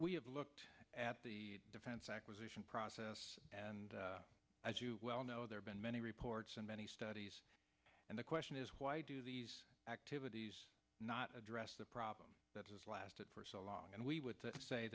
we have looked at the defense acquisition process and as you well know there have been many reports and many studies and the question is why do these activities not address the problem that has lasted for so long and we would say